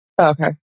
Okay